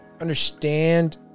understand